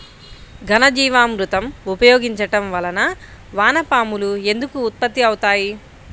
ఘనజీవామృతం ఉపయోగించటం వలన వాన పాములు ఎందుకు ఉత్పత్తి అవుతాయి?